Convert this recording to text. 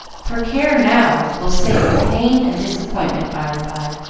for care now will save you pain and disappointment by and by.